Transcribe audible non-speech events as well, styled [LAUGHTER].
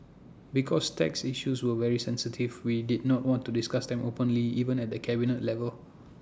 because tax issues were very sensitive we did not want to discuss them openly even at the cabinet level [NOISE]